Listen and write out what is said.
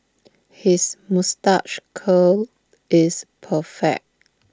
his moustache curl is perfect